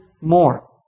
more